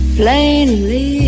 plainly